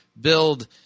build